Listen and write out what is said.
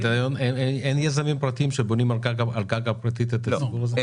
אין יזמים פרטים שבונים על קרקע פרטית את הסיפור הזה?